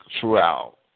throughout